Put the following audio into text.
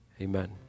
Amen